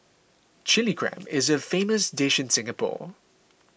Chilli Crab is a famous dish in Singapore